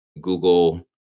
Google